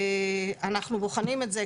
אנחנו בוחנים את זה,